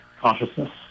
consciousness